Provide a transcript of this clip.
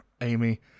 Amy